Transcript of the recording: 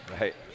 right